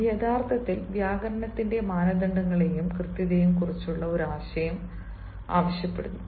ഇത് യഥാർത്ഥത്തിൽ വ്യാകരണത്തിന്റെ മാനദണ്ഡങ്ങളെയും കൃത്യതയെയും കുറിച്ചുള്ള ഒരു ആശയം ആവശ്യപ്പെടുന്നു